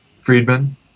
Friedman